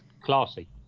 classy